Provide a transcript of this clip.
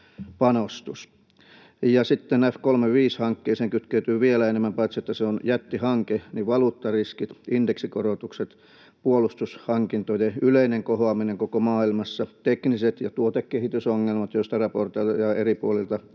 Sitten F‑35-hankkeeseen kytkeytyy vielä enemmän. Paitsi, että se on jättihanke, niin ovat valuuttariskit, indeksikorotukset, puolustushankintojen yleinen kohoaminen koko maailmassa, tekniset ja tuotekehitysongelmat, joista raportoidaan eri puolilta